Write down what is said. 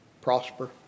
prosper